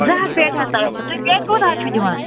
زٕ ہتھ پٮیٹہِ حظ آسہٕ تُہۍ کوٗتاہ حظ چھِو دِوان